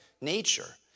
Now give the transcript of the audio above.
nature